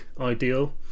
ideal